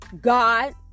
God